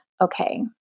okay